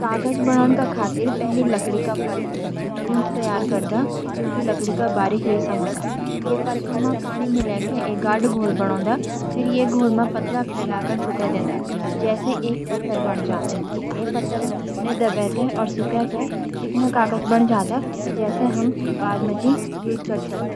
कागज बणाण खातिर पहले लकड़ी का पल्प (गूंध) त्यार करिंदां, जोकि लकड़ी का बारीक रेशा होंदो। ये पल्प मा पानी मिलाके एक गाढ़ा घोल बणैंदो। फिर इस घोल ने पतला फैलाकर सुखावांदी, जैतकि एक पत्तर बण जांद। इस पत्तर ने दबाके और सुखाके चिक्कन कागज बणा जंदा जैसी हम बाद माजी यूज करी सकदा।